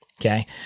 Okay